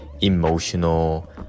emotional